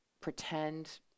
pretend